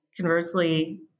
conversely